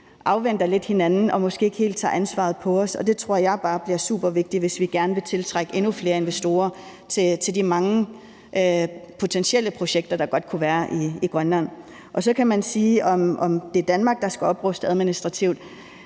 afventer hinanden og måske ikke helt tager ansvaret på os, og det tror jeg bare bliver supervigtigt, hvis vi gerne vil tiltrække endnu flere investorer til de mange potentielle projekter, der godt kunne være i Grønland. Så kan man spørge, om det er Danmark, der skal opruste administrativt.